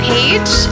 Page